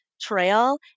Trail